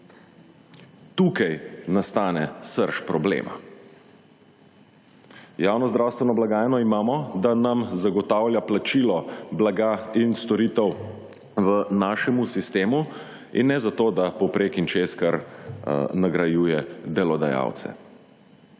Tukaj nastane srž problema. Javno zdravstveno blagajno imamo, da nam zagotavlja plačilo blaga in storitev v našemu sistemu in ne zato, da povprek in čez kar nagrajuje delodajalce.